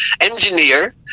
engineer